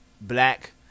black